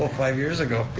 ah five years ago, yeah.